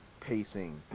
pacing